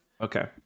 Okay